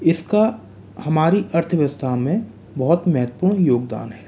इसका हमारी अर्थव्यस्था में बहुत महत्वपूर्ण योगदान है